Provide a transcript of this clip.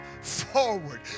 forward